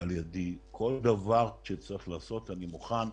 על ידי, כל דבר שצריך לעשות, אני מוכן,